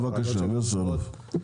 בבקשה, בסדר.